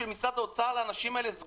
של משרד האוצר סגורה בפני האנשים האלה.